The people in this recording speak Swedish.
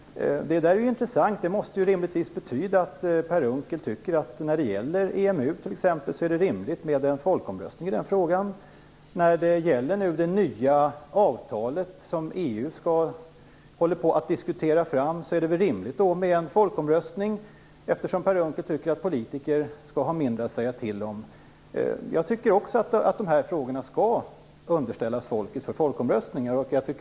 Det är intressant. Det borde betyda att Per Unckel tycker att det är rimligt med en folkomröstning om t.ex. EMU. Och det måste väl vara rimligt med en folkomröstning om det nya avtal som EU håller på att diskutera, eftersom Per Unckel tycker att politiker skall ha mindre att säga till om. Jag tycker också att dessa frågor skall underställas folket i folkomröstningar.